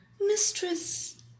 Mistress